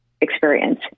experience